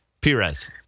Perez